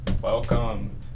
Welcome